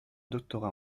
doctorat